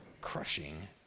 crushing